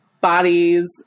bodies